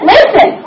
Listen